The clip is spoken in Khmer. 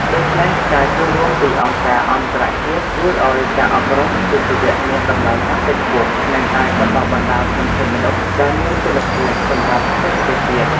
ដូច្នេះ ការចូលរួមពីអង្គការអន្តរជាតិជួយឱ្យការអប់រំវិជ្ជាជីវៈមានតម្លៃកាន់តែខ្ពស់ និងអាចបណ្តុះបណ្តាលធនធានមនុស្សដែលមានគុណភាពសម្រាប់សេដ្ឋកិច្ចជាតិ។